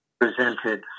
presented